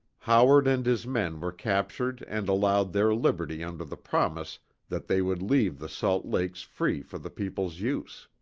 howard and his men were captured and allowed their liberty under the promise that they would leave the salt lakes free for the people's use.